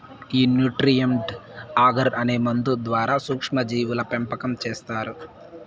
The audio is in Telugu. ఈ న్యూట్రీయంట్ అగర్ అనే మందు ద్వారా సూక్ష్మ జీవుల పెంపకం చేస్తారు